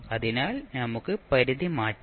അതിനാൽ നമുക്ക് പരിധി മാറ്റാം